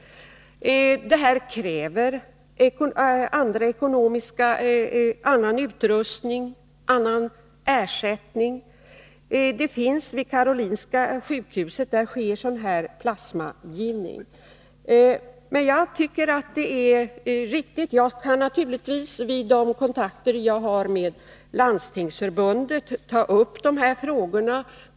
Detta kräver andra ekonomiska resurser, en annan utrustning och en annan ersättning. Vid Karolinska sjukhuset sker sådan här plasmagivning. Jag kan naturligtvis vid de kontakter jag har med Landstingsförbundet ta upp de här frågorna.